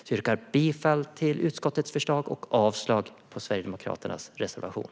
Jag yrkar bifall till utskottets förslag och avslag på Sverigedemokraternas reservation.